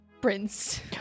prince